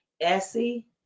Essie